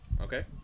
Okay